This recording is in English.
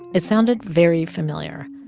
it sounded very familiar.